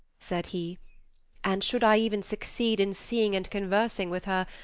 said he and should i even succeed in seeing and conversing with her,